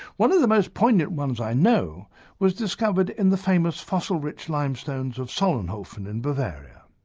one of the most poignant ones i know was discovered in the famous fossil-rich limestone of solnhofen in bavaria.